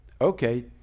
okay